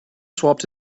swapped